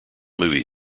movie